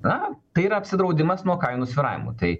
na tai yra apsidraudimas nuo kainų svyravimų tai